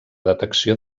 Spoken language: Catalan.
detecció